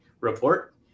report